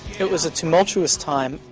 it was a tumultuous time,